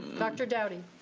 dr. dowdy.